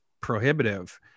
prohibitive